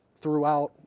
throughout